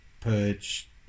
Purge